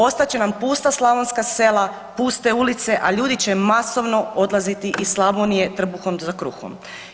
Ostat će nam pusta slavonska sela, puste ulice, a ljudi će masovno odlaziti iz Slavonije trbuhom za kruhom.